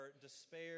despair